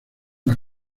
las